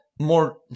more